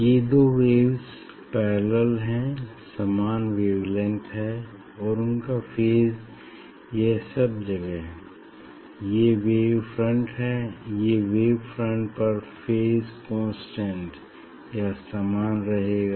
ये दो waves parallel हैं समान वेवलेंग्थ हैं और उनका फेज यह सब जगह ये वेव फ्रंट हैं वेव फ्रंट पर फेज कांस्टेंट या समान रहेगा